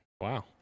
Wow